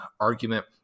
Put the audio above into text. argument